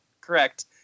correct